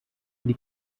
die